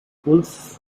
wolfe